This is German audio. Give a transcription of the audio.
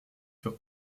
für